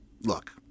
look